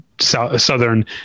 Southern